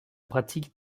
pratique